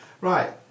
Right